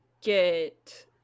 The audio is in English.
get